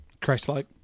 Christlike